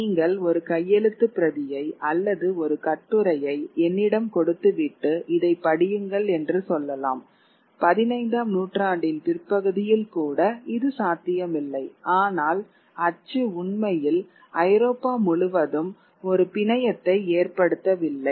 நீங்கள் ஒரு கையெழுத்துப் பிரதியை அல்லது ஒரு கட்டுரையை என்னிடம் கொடுத்துவிட்டு இதைப் படியுங்கள் என்று சொல்லலாம் பதினைந்தாம் நூற்றாண்டின் பிற்பகுதியில் கூட இது சாத்தியமில்லை ஆனால் அச்சு உண்மையில் ஐரோப்பா முழுவதும் ஒரு பிணையத்தை ஏற்படுத்தவில்லை